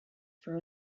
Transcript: for